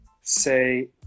say